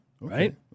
right